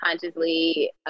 consciously